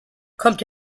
kommt